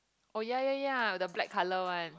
oh ya ya ya the black colour one